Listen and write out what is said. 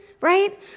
right